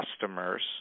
customers –